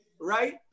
right